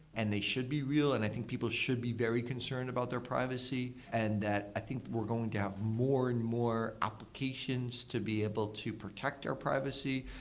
and they should be real, and i think people should be very concerned about their privacy, and that i think we're going to have more and more applications to be able to protect our privacy.